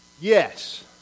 yes